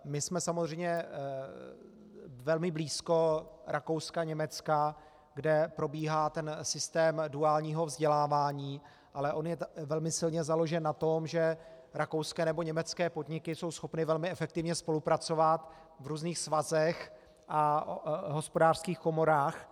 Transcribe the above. My jsme samozřejmě velmi blízko Rakouska a Německa, kde probíhá ten systém duálního vzdělávání, ale on je velmi silně založen na tom, že rakouské nebo německé podniky jsou schopny velmi efektivně spolupracovat v různých svazech a hospodářských komorách.